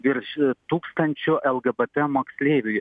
virš tūkstančio lgbt moksleiviui